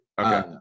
okay